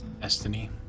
Destiny